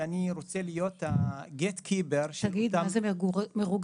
ואני רוצה להיות ה-Gate keeper --- תגיד מה זה מרוגשים,